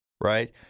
right